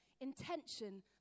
intention